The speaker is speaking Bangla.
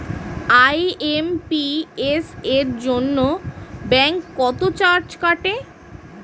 আই.এম.পি.এস এর জন্য ব্যাংক কত চার্জ কাটে?